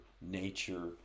nature